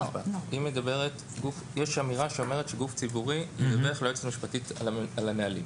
יש אמירה שאומרת שגוף ציבורי ידווח ליועצת המשפטית על הנהלים.